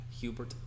Hubert